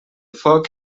foc